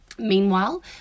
Meanwhile